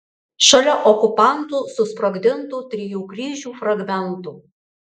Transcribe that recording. šalia okupantų susprogdintų trijų kryžių fragmentų